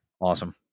awesome